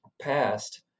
passed